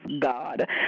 God